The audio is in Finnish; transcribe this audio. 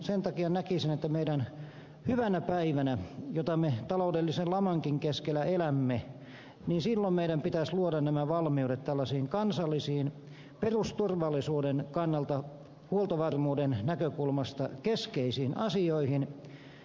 sen takia näkisin että meidän hyvänä päivänä jota me taloudellisen lamankin keskellä elämme pitäisi luoda nämä valmiudet tällaisiin kansallisiin perusturvallisuuden kannalta huoltovarmuuden näkökulmasta keskeisiin asioihin